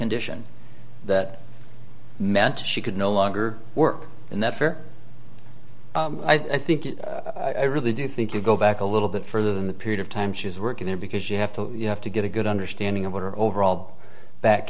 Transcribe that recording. condition that meant she could no longer work in that fair i think i really do think you go back a little bit further than the period of time she's working there because you have to you have to get a good understanding of what her overall